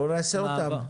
בואו נעשה אותם.